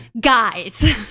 guys